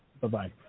Bye-bye